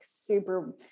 super